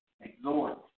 exhort